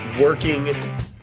working